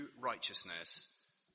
righteousness